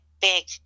big